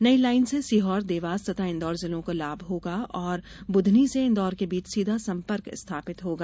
नई लाईन से सिहोर देवास तथा इंदौर जिलों को लाभ होगा और बुधनी से इंदौर के बीच सीधा संपर्क स्थापित होगा